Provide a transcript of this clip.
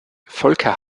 volker